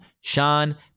Sean